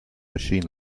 machine